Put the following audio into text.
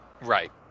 right